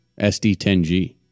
SD10G